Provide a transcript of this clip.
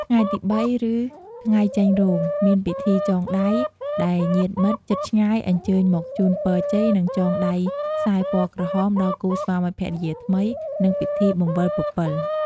ថ្ងៃទី៣ ឬ ថ្ងៃចេញរោង មាន ពិធីចងដៃ ដែលញាតិមិត្តជិតឆ្ងាយអញ្ជើញមកជូនពរជ័យនិងចងដៃខ្សែពណ៌ក្រហមដល់គូស្វាមីភរិយាថ្មី និងពិធីបង្វិលពពិល។